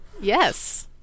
Yes